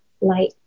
light